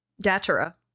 Datura